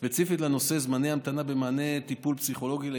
ספציפית לנושא זמני המתנה במענה טיפולי פסיכולוגי לילדים,